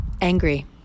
angry